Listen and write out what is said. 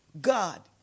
God